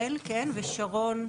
שלום.